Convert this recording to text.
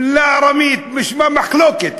מילה בארמית במשמע מחלוקת.